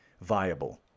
viable